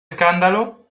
escándalo